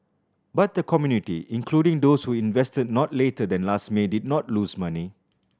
but the community including those who invested not later than last May did not lose money